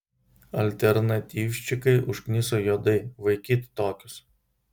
alternatyvščikai užkniso juodai vaikyt tokius